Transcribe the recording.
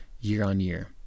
year-on-year